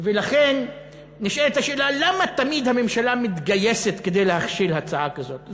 ולכן נשאלת השאלה: למה תמיד הממשלה מתגייסת כדי להכשיל הצעה כזאת?